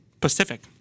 Pacific